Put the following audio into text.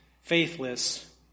faithless